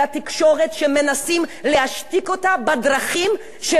בדרכים שבאמת בתקופה של העיתון "פראבדה",